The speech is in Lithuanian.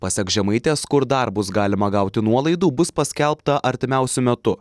pasak žemaitės kur dar bus galima gauti nuolaidų bus paskelbta artimiausiu metu